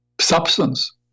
substance